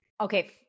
okay